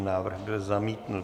Návrh byl zamítnut.